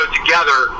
together